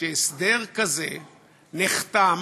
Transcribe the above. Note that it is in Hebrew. שהסדר כזה נחתם,